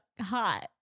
hot